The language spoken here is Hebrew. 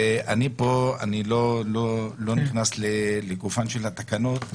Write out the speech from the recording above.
אני לא נכנס לגופן של התקנות,